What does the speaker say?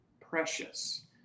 precious